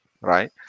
right